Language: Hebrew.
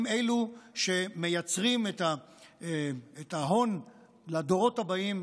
הם אלו שמייצרים את ההון לדורות הבאים,